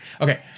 Okay